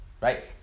right